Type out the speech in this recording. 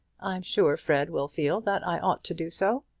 i'm sure fred will feel that i ought to do so.